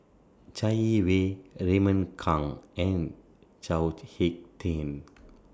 Chai Yee Wei Raymond Kang and Chao Hick Tin